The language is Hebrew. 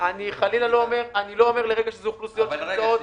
--- אני לא אומר לרגע שאלה אוכלוסיות --- שנייה.